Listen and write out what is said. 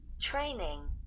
training